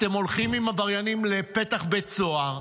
אתם הולכים עם עבריינים לפתח בית סוהר,